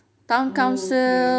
oh say